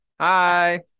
Hi